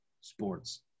sports